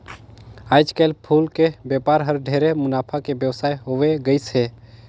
आयज कायल फूल के बेपार हर ढेरे मुनाफा के बेवसाय होवे गईस हे